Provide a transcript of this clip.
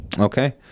Okay